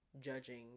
judging